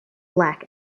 black